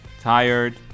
tired